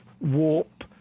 warp